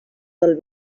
del